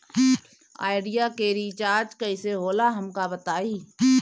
Idea के recharge कईसे होला हमका बताई?